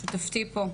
שותפתי פה,